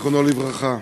זיכרונו לברכה.